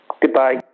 Goodbye